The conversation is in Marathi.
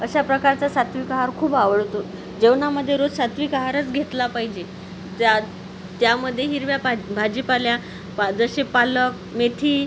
अशा प्रकारचा सात्विक आहार खूप आवडतो जेवणामध्ये रोज सात्विक आहारच घेतला पाहिजे त्यात त्यामध्ये हिरव्या पाल् भाजीपाला पा जसे पालक मेथी